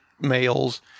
males